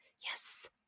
Yes